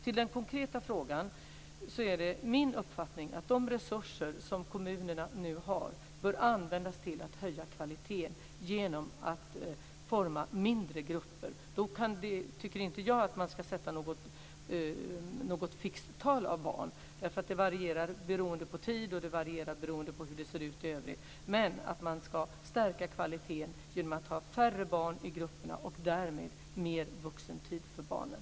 I den konkreta frågan är det min uppfattning att de resurser som kommunerna nu har bör användas till höja kvaliteten genom att forma mindre grupper. Jag tycker inte att man ska sätta något fixt antal barn. Det varierar beroende på tid och beroende på hur det ser ut i övrigt. Men man ska stärka kvaliteten genom att ha färre barn i grupperna och därmed mer vuxentid för barnen.